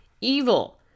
evil